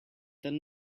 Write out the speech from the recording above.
than